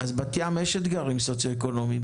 לבת ים יש אתגרים סוציו-אקונומיים,